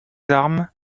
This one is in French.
armes